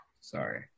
Sorry